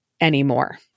anymore